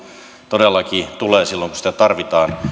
todellakin tulee silloin kun sitä tarvitaan